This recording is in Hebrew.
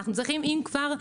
אם כבר,